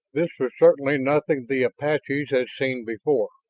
this was certainly nothing the apaches had seen before.